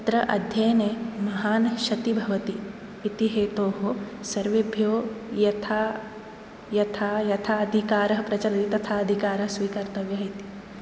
तत्र अध्ययने महान् क्षतिः भवति इति हेतोः सर्वेभ्यो यथा यथा यथाधिकारः प्रचलित तथाधिकारः स्वीकर्तव्यः इति